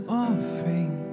offering